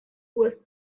was